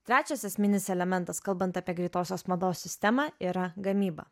trečias esminis elementas kalbant apie greitosios mados sistemą yra gamyba